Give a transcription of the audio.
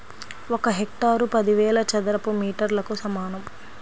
ఒక హెక్టారు పదివేల చదరపు మీటర్లకు సమానం